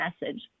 message